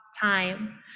time